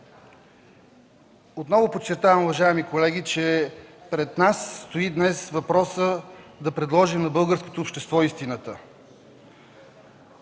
Отново подчертавам, уважаеми колеги, че днес пред нас стои въпросът да предложим на българското общество истината.